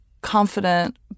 confident